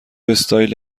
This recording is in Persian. استایل